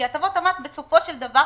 כי הטבות המס בסופו של דבר